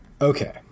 Okay